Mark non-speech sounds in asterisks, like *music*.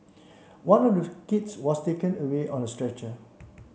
one of *unintelligible* kids was taken away on a stretcher